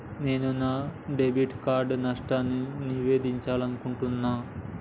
నేను నా debit card నష్టాన్ని నివేదించాలనుకుంటున్నా